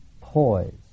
poise